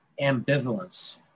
ambivalence